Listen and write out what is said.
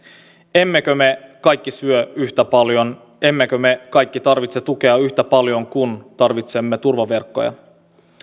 emmekö me kaikki syö yhtä paljon emmekö me kaikki tarvitse tukea yhtä paljon kun tarvitsemme turvaverkkoja